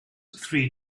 three